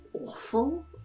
awful